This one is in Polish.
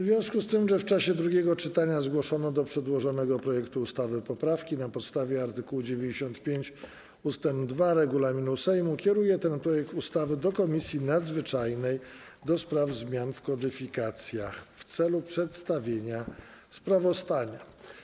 W związku z tym, że w czasie drugiego czytania zgłoszono do przedłożonego projektu ustawy poprawki, na podstawie art. 95 ust. 2 regulaminu Sejmu kieruję ten projekt ustawy do Komisji Nadzwyczajnej do spraw zmian w kodyfikacjach w celu przedstawienia sprawozdania.